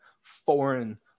foreign